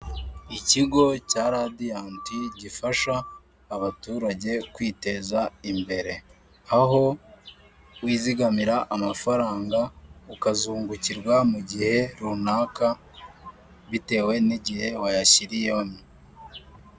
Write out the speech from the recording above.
Ikigo cya radiyanti gifasha abaturage kwiteza imbere aho wizigamira amafaranga ukazungukirwa mu gihe runaka bitewe n'igihe wayashyiriyehoni.